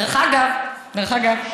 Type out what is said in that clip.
"דרך אגב",